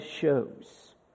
shows